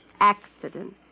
Accidents